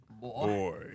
Boy